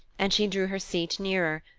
and she drew her seat nearer,